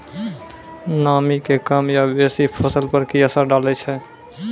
नामी के कम या बेसी फसल पर की असर डाले छै?